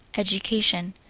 education.